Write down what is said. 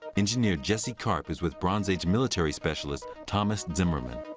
engineer jesse karp is with bronze age military specialist thomas zimmerman.